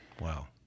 Wow